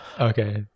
Okay